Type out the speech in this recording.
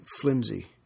flimsy